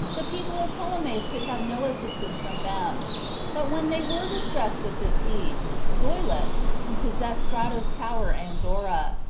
the people of ptolemais could have no assistance from them but when they were distressed with this siege, zoilus, who possessed strato's tower and dora,